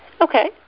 Okay